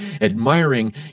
admiring